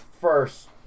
first